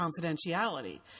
confidentiality